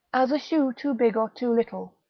as a shoe too big or too little,